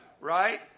right